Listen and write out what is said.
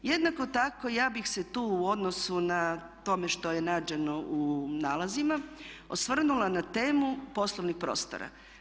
Jednako tako ja bih se tu u odnosu na tome što je nađeno u nalazima osvrnula na temu poslovnih prostora.